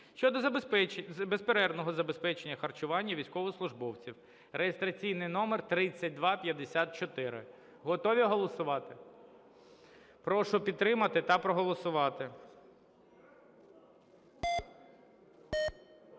щодо безперервного забезпечення харчування військовослужбовців (реєстраційний номер 3254). Готові голосувати? Прошу підтримати та проголосувати.